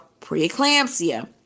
preeclampsia